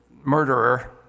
murderer